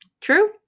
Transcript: True